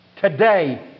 Today